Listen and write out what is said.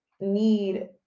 need